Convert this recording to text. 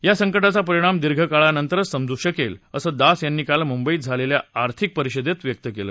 या संकटाचा परिणाम दीर्घकाळानंतरच समजू शकेल असं दास यांनी काल मुंबईत झालेल्या आर्थिक परिषदेत सांगितलं